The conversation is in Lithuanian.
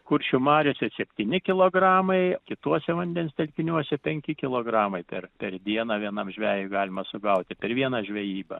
kuršių mariose septyni kilogramai kituose vandens telkiniuose penki kilogramai per per dieną vienam žvejui galima sugauti per vieną žvejybą